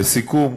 לסיכום,